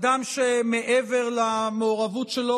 אדם שמעבר למעורבות שלו